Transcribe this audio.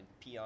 PR